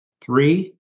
Three